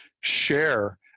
share